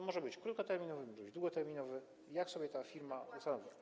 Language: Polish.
Może być krótkoterminowy, może być długoterminowy - tak jak sobie ta firma ustanowi.